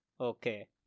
Okay